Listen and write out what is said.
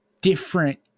different